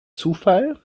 zufall